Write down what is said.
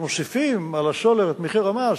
כשמוסיפים על הסולר את מחיר המס,